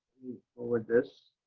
forward this.